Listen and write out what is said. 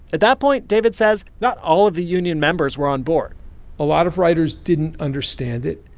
at that point, david says, not all of the union members were on board a lot of writers didn't understand it,